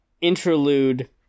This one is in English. interlude